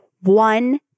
one